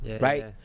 right